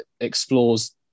explores